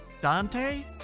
Dante